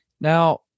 Now